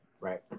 right